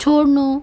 छोड्नु